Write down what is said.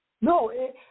No